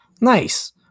Nice